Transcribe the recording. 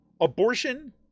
abortion